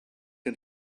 and